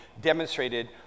demonstrated